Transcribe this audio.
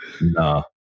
Nah